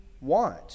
want